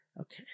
Okay